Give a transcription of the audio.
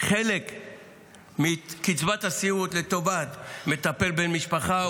חלק מקצבת הסיעוד לטובת מטפל בן משפחה,